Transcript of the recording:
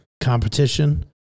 competition